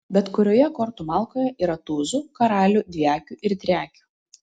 bet kurioje kortų malkoje yra tūzų karalių dviakių ir triakių